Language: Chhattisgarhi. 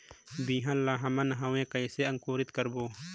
बिहान ला हमन हवे कइसे अंकुरित करबो?